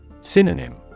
Synonym